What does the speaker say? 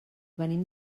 venim